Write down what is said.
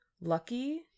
Lucky